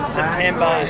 September